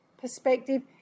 perspective